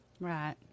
right